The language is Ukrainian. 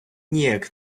ніяк